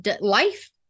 life